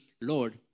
Lord